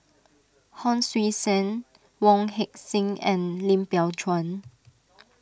Hon Sui Sen Wong Heck Sing and Lim Biow Chuan